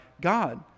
God